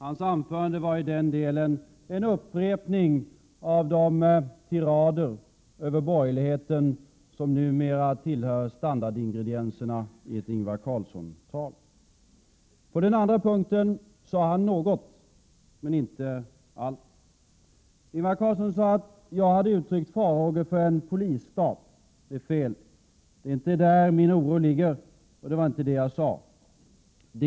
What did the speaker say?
Hans anförande var i detta avseende en upprepning av de tirader över borgerligheten som numera tillhör standardingredienserna i ett Ingvar Carlsson-tal. På den andra punkten sade han något, men inte allt. Ingvar Carlsson sade att jag hade uttryckt farhågor för en polisstat. Det är fel. Det är inte däri som min oro ligger, och det var inte det som jag sade.